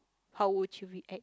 how would you react